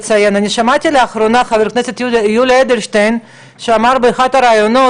שמעתי לאחרונה את חה"כ יולי אדלשטיין שאמר באחד הראיונות,